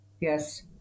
Yes